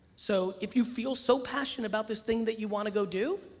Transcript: so if you feel so passionate about this thing that you wanna go do,